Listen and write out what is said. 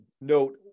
note